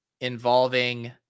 involving